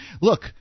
Look